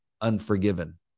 unforgiven